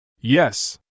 Yes